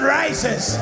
rises